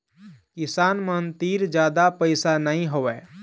किसान मन तीर जादा पइसा नइ होवय